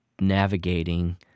navigating